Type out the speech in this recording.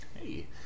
Hey